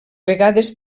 vegades